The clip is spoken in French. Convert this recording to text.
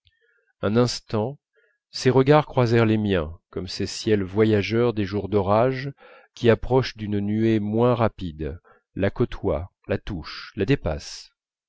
un instant ses regards croisèrent les miens comme ces ciels voyageurs des jours d'orage qui approchent d'une nuée moins rapide la côtoient la touchent la dépassent